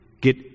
get